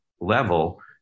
level